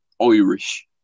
Irish